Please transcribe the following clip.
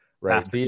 Right